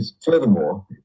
Furthermore